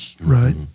right